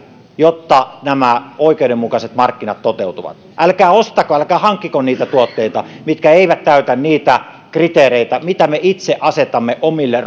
jotta nämä oikeudenmukaiset markkinat toteutuvat älkää ostako älkää hankkiko niitä tuotteita mitkä eivät täytä niitä kriteereitä mitä me itse asetamme omille